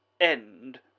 End